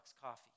coffee